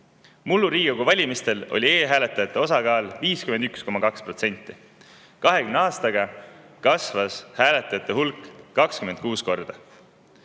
mullustel Riigikogu valimistel aga oli e-hääletajate osakaal juba 51,2% – 20 aastaga kasvas hääletajate hulk 26 korda.